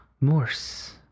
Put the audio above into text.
Morse